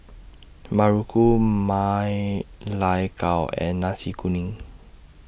Muruku Ma Lai Gao and Nasi Kuning